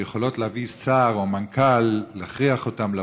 שיכולות להביא שר או מנכ"ל או להכריח אותם לבוא.